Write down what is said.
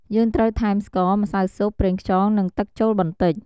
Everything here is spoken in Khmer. យើងត្រូវថែម ស្ករ ម្សៅស៊ុប ប្រេងខ្យង និងទឹកចូលបន្តិច។